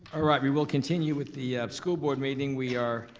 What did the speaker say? alright, we will continue with the school board meeting, we are